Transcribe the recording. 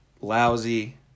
lousy